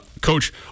coach